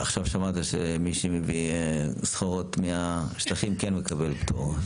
ועכשיו שמעת שמי שמביא סחורות מהשטחים כן מקבל פטור.